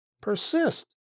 persist